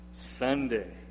Sunday